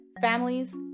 families